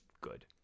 good